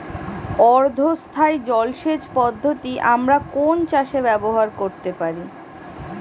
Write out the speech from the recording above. অর্ধ স্থায়ী জলসেচ পদ্ধতি আমরা কোন চাষে ব্যবহার করতে পারি?